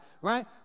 right